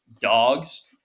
dogs